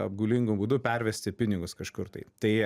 apgaulingu būdu pervesti pinigus kažkur tai tai